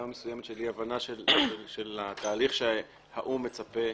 מסוימת של אי הבנה של התהליך שהאו"ם מצפה.